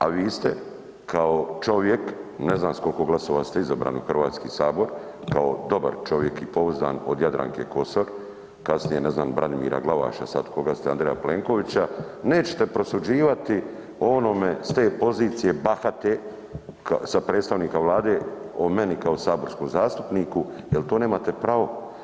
A vi ste kao čovjek, ne znam s koliko glasova ste izabrani u Hrvatski sabor, kao dobar čovjek i pouzdan od Jadranke Kosor, kasnije ne znam Branimira Glavaša, sad koga ste Andreja Plenkovića nećete prosuđivati o onome s te pozicije bahate sa predstavnika Vlade o meni kao saborskom zastupniku jer to nemate pravo.